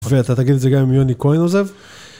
ואתה תגיד את זה גם אם יוני כהן עוזב